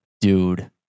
Dude